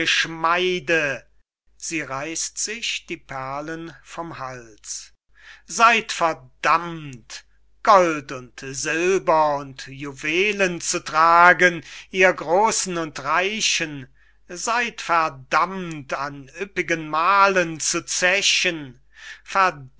seyd verdammt gold und silber und juwelen zu tragen ihr grosen und reichen seyd verdammt an üppigen maalen zu zechen